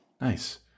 Nice